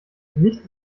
nichts